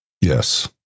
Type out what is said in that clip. Yes